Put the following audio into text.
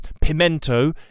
pimento